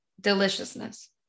Deliciousness